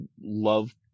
love